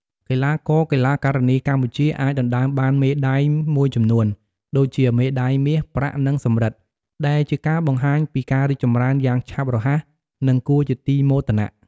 កីឡាករ-កីឡាការិនីកម្ពុជាអាចដណ្តើមបានមេដាយមួយចំនួន ដូចជាមេដាយមាស ប្រាក់ និងសំរឹទ្ធ ដែលជាការបង្ហាញពីការរីកចម្រើនយ៉ាងឆាប់រហ័ស និងគួរជាទីមោទនៈ។